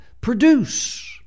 produce